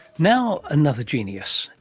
now another genius.